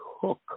Hook